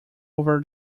over